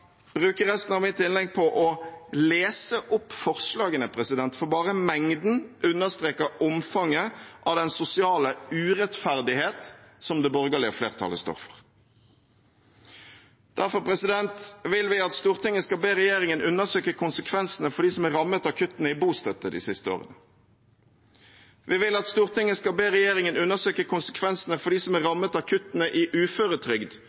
resten av mitt innlegg på å lese opp forslagene, for bare mengden understreker omfanget av den sosiale urettferdighet som det borgerlige flertallet står for. Vi vil at Stortinget skal be regjeringen undersøke konsekvensene for dem som er rammet av kuttene i bostøtte de siste årene. Vi vil at Stortinget skal be regjeringen undersøke konsekvensene for dem som er rammet av kuttene i uføretrygd